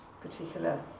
particular